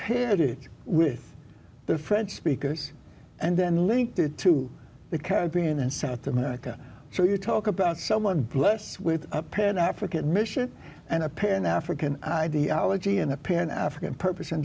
pedi with the french speakers and then linked it to the caribbean and south america so you talk about someone blessed with a pan african mission and a pan african ideology and a pan african purpose